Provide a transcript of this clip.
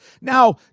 now